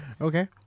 Okay